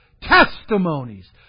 testimonies